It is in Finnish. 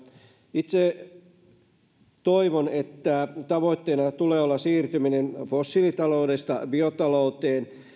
itse olen sitä mieltä että tavoitteena tulee olla siirtyminen fossiilitaloudesta biotalouteen